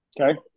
Okay